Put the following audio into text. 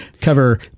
cover